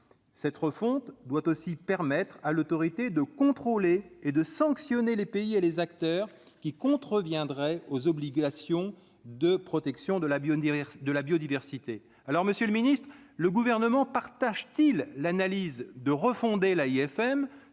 cette refonte doit aussi permettre à l'autorité de contrôler et de sanctionner les pays et les acteurs qui contreviendraient aux obligations de protection de la biodiversité de la biodiversité, alors Monsieur le ministre, le gouvernement partage-t-il l'analyse de refonder l'AFM